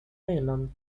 mainland